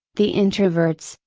the introverts,